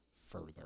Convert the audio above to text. further